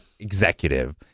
executive